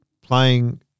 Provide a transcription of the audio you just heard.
playing